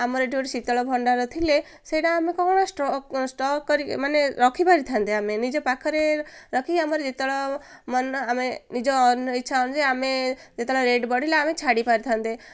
ଆମର ଏଠି ଗୋଟେ ଶୀତଳ ଭଣ୍ଡାର ଥିଲେ ସେଇଟା ଆମେ କ'ଣ କରିବା ଷ୍ଟକ୍ କରିକି ମାନେ ରଖିପାରିଥାନ୍ତେ ଆମେ ନିଜ ପାଖରେ ରଖିକି ଆମର ଯେତେବେଳେ ମନ ଆମେ ନିଜ ଇଚ୍ଛା ଅନୁଯାୟୀ ଆମେ ଯେତେବେଳେ ରେଟ୍ ବଢ଼ିଲା ଆମେ ଛାଡ଼ି ପାରିଥାନ୍ତେ